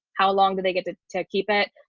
how long do they get to to keep it.